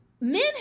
men